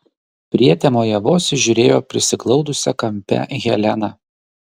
prietemoje vos įžiūrėjo prisiglaudusią kampe heleną